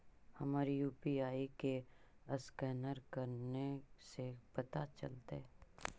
हमर यु.पी.आई के असकैनर कने से पता चलतै?